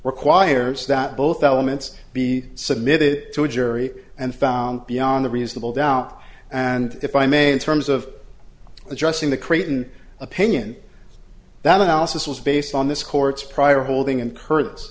requires that both elements be submitted to a jury and found beyond a reasonable doubt and if i may in terms of addressing the crayton opinion that analysis was based on this court's prior holding